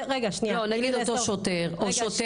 נגיד אותו שוטר או שוטרת,